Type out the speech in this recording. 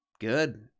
good